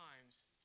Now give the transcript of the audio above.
times